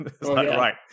Right